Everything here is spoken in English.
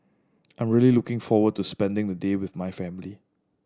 I'm really looking forward to spending the day with my family